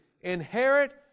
Inherit